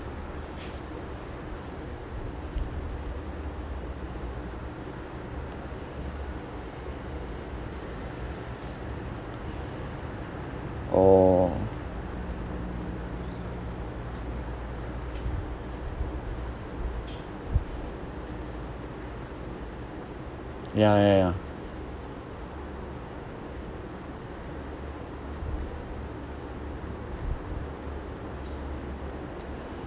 oh ya ya ya